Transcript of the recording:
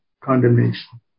condemnation